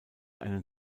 einen